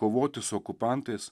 kovoti su okupantais